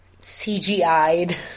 CGI'd